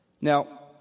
Now